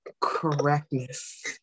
correctness